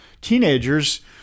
teenagers